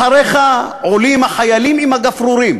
אחריך עולים החיילים עם הגפרורים.